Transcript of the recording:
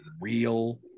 real